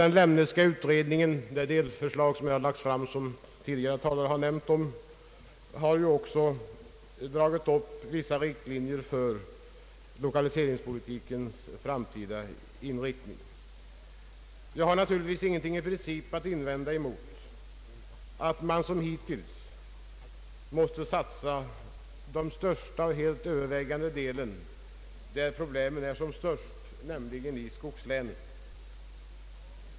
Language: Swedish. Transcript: Den Lemneska utredningen har också i det delbetänkande, som den har lagt fram och som tidigare talare har nämnt, dragit upp vissa riktlinjer för lokaliseringspolitikens framtida inriktning. Jag har naturligtvis inget i princip att invända emot att man som hittills måste satsa den största och helt övervägande delen där problemen är som störst, nämligen i skogslänen.